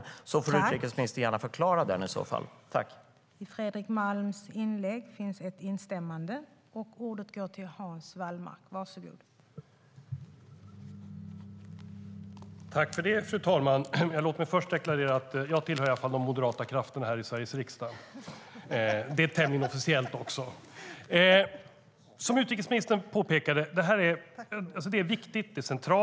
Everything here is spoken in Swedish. I så fall får utrikesministern gärna förklara den.